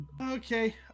okay